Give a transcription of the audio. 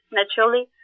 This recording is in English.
naturally